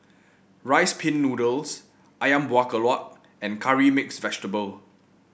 Rice Pin Noodles ayam Buah Keluak and Curry Mixed Vegetable